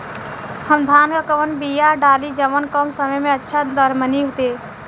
हम धान क कवन बिया डाली जवन कम समय में अच्छा दरमनी दे?